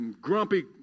grumpy